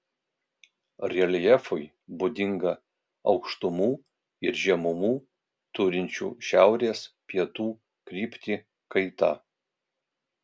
reljefui būdinga aukštumų ir žemumų turinčių šiaurės pietų kryptį kaita